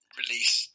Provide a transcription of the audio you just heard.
release